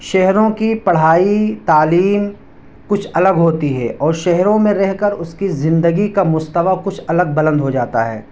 شہروں کی پڑھائی تعلیم کچھ الگ ہوتی ہے اور شہروں میں رہ کر اس کی زندگی کا مستویٰ کچھ الگ بلند ہو جاتا ہے